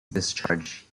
discharge